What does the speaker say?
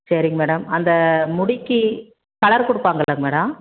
சரி மேடம் அந்த முடிக்கு கலர் கொடுப்பாங்கல்ல மேடம்